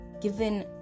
given